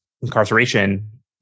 incarceration